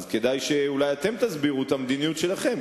כדאי שאולי אתם תסבירו את המדיניות שלכם.